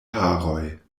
haroj